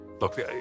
Look